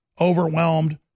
overwhelmed